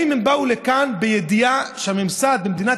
האם הם באו לכאן בידיעה שהממסד במדינת